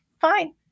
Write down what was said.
fine